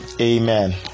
Amen